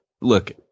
look